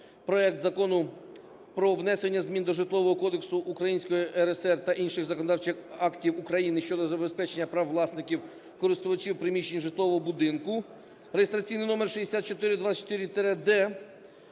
проект Закону про внесення змін до Житлового кодексу Української РСР та інших законодавчих актів України щодо забезпечення прав власників (користувачів) приміщень жилого будинку (№6424-д)